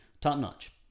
top-notch